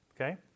Okay